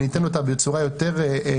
אבל אני אתן אותה בצורה יותר מפורשת.